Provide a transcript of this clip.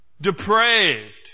depraved